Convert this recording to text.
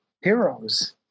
heroes